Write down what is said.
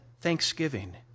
thanksgiving